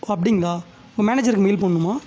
ஓ அப்படிங்களா உங்கள் மேனேஜருக்கு மெயில் போடணுமா